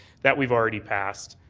that we've already passed.